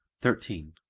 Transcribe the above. thirteen.